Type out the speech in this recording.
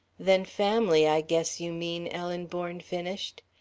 than family, i guess you mean, ellen bourne finished.